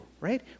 right